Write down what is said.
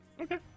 Okay